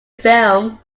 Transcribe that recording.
film